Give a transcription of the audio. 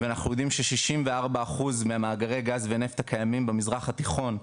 ואנחנו יודעים ש- 64% ממאגרי הגז והנפט הקיימים במזרח התיכון,